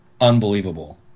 unbelievable